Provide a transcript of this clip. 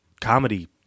comedy